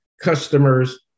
customers